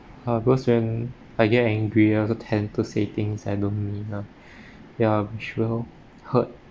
uh because when I get angry I also tend to say things I don't mean lah ya might as well hurt